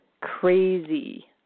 crazy